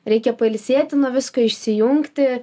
reikia pailsėti nuo visko išsijungti